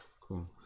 cool